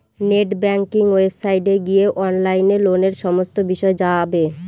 net banking ওয়েবসাইটে গিয়ে অনলাইনে লোনের সমস্ত বিষয় জানা যাবে